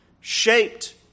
shaped